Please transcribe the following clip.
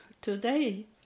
Today